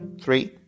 Three